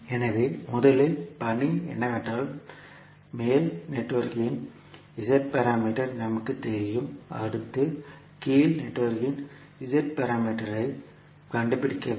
எனவே முதலில் பணி என்னவென்றால் மேல் நெட்வொர்க்கின் Z பாராமீட்டர்ஸ் நமக்குத் தெரியும் அடுத்து கீழ் நெட்வொர்க்கின் Z பாராமீட்டர்ஸ் ஐ கண்டுபிடிக்க வேண்டும்